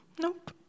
Nope